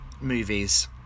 movies